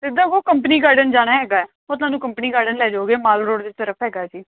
ਸਿੱਧਾ ਕਹੋ Company Garden ਜਾਣਾ ਹੈਗਾ ਉਹ ਤੁਹਾਨੂੰ ਕੰਪਨੀ ਗਾਰਡਨ ਲੈ ਜਾਉਗੇ ਮਾਲ ਰੋਡ ਦੀ ਤਰਫ ਹੈਗਾ ਜੀ